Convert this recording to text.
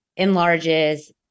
enlarges